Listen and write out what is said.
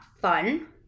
fun